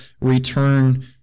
return